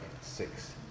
six